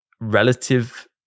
relative